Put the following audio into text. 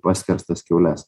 paskerstas kiaules